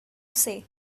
say